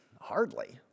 Hardly